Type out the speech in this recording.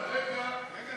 הדיור המוגן (תיקון,